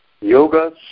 yoga